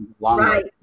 right